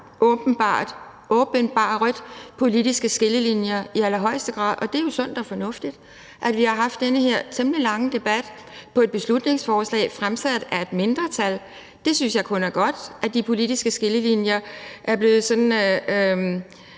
åbenbart åbenbaret politiske skillelinjer i allerhøjeste grad, og det er jo sundt og fornuftigt, at vi har haft den her temmelig lange debat om et beslutningsforslag fremsat af et mindretal. Jeg synes kun, det er godt, at de politiske skillelinjer er blevet